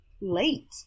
late